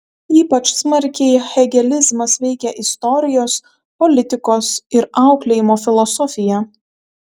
ypač smarkiai hegelizmas veikia istorijos politikos ir auklėjimo filosofiją